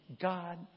God